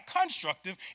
constructive